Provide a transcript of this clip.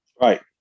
Right